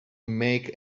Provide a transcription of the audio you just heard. make